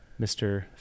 Mr